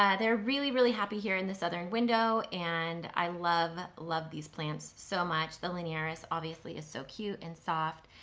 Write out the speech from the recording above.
they're really really happy here in the southern window and i love, love these plants so much. the linearis obviously is so cute and soft.